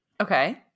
Okay